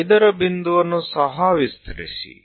આ 5 ને લંબાવો